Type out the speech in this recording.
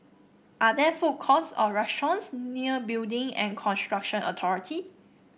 are there food courts or restaurants near Building and Construction Authority